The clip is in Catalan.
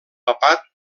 papat